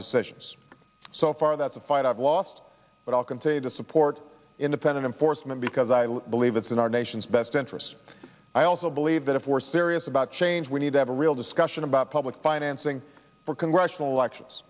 decisions so far that's a fight i've lost but i'll continue to support independent foresman because i believe it's in our nation's best interests i also believe that if we're serious about change we need to have a real discussion about public financing for congressional elections